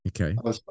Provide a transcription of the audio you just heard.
Okay